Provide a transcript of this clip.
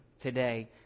today